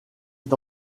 est